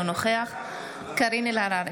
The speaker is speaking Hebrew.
אינו נוכח קארין אלהרר,